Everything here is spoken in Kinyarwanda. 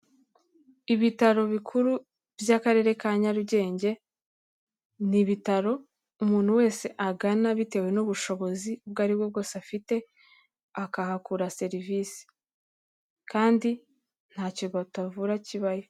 Ibitaro bikuru by'akarere ka Nyarugenge ni ibitaro umuntu wese agana bitewe n'ubushobozi ubwo aribwo bwose afite, akahakura serivisi kandi ntacyo batavura kibayo.